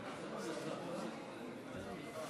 אכן ההצעה של חבר הכנסת יוסף ג'בארין היא הצעה ראויה.